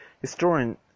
Historian